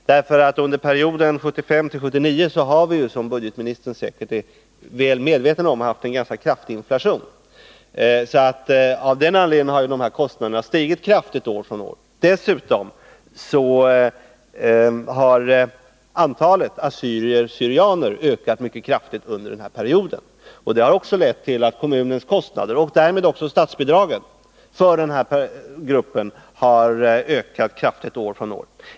Under perioden 1975-1979 har vi, som budgetministern säkert är väl medveten om, haft en ganska kraftig inflation. Av den anledningen har kostnaderna stigit kraftigt år från år. Dessutom har antalet assyrier/syrianer ökat mycket kraftigt under denna period. Det har också lett till att kommunens kostnader — och därmed även statsbidraget — för den här gruppen har ökat kraftigt år från år.